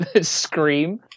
scream